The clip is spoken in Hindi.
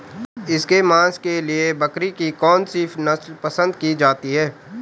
इसके मांस के लिए बकरी की कौन सी नस्ल पसंद की जाती है?